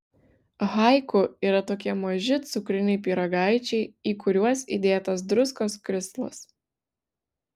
haiku yra tokie maži cukriniai pyragaičiai į kuriuos įdėtas druskos krislas